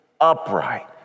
upright